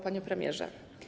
Panie Premierze!